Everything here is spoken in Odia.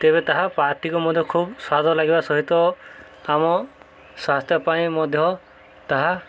ତେବେ ତାହା ପାଟିକୁ ମଧ୍ୟ ଖୁବ ସ୍ୱାଦ ଲାଗିବା ସହିତ ଆମ ସ୍ୱାସ୍ଥ୍ୟ ପାଇଁ ମଧ୍ୟ ତାହା